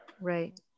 Right